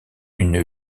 une